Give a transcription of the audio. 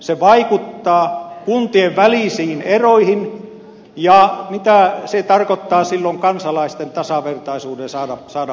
se vaikuttaa kuntien välisiin eroihin ja mitä se tarkoittaa silloin kansalaisten tasavertaisuuteen saada palvelua